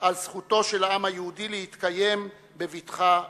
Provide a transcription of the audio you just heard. על זכותו של העם היהודי להתקיים בבטחה בארצו.